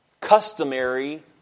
customary